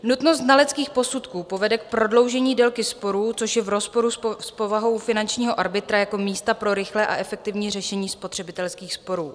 Nutnost znaleckých posudků povede k prodloužení délky sporů, což je v rozporu s povahou finančního arbitra jako místa pro rychlé a efektivní řešení spotřebitelských sporů.